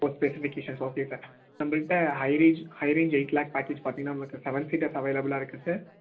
ஓ specifications okay sir நம்பள்ட high range high range eight lakh package பார்த்தீங்கன்னா நமக்கு சவன் சீட்டர்ஸ் அவேலபுல்லாக இருக்குது சார்